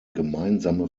gemeinsame